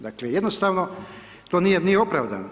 Dakle, jednostavno to nije ni opravdano.